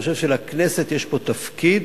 ואני חושב שלכנסת יש פה תפקיד